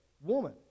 woman